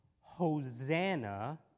Hosanna